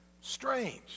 Strange